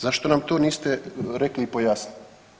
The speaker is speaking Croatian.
Zašto nam to niste rekli i pojasnili?